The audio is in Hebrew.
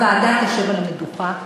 הוועדה תשב על המדוכה,